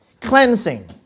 cleansing